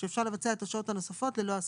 שאפשר לבצע את השעות הנוספות ללא הסכמה.